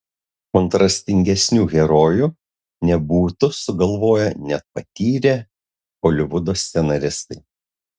kontrastingesnių herojų nebūtų sugalvoję net patyrę holivudo scenaristai